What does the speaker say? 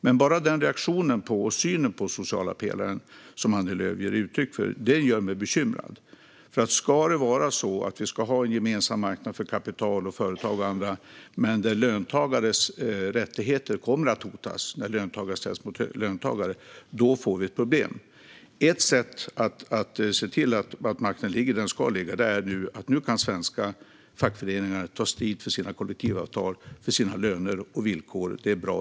Men bara den reaktionen och den synen på den sociala pelaren som Annie Lööf ger uttryck för gör mig bekymrad. Ska vi ha en marknad som är gemensam för kapital och företag och andra men där löntagares rättigheter kommer att hotas när löntagare ställs mot löntagare, då får vi ett problem. Ett sätt att se till att makten ligger där den ska ligga är att svenska fackföreningar nu kan ta strid för sina kollektivavtal, löner och villkor. Det är bra.